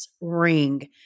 ring